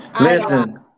Listen